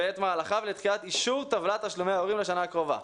ואת מהלכיו לדחיית אישור טבלת תשלומי ההורים לשנה הקרובה,